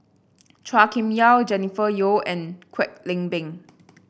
Chua Kim Yeow Jennifer Yeo and Kwek Leng Beng